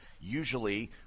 usually